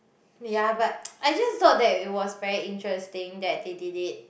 ya but I just thought that it was very interesting that they did it